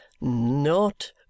Not